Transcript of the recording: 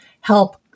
help